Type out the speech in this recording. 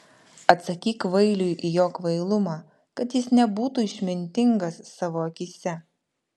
atsakyk kvailiui į jo kvailumą kad jis nebūtų išmintingas savo akyse